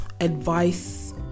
advice